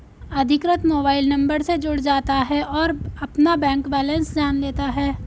अधिकृत mobile number से जुड़ जाता है और अपना बैंक बेलेंस जान लेता है